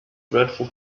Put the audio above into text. dreadful